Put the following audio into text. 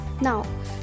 Now